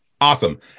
awesome